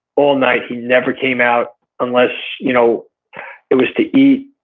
all night he never came out unless you know it was to eat,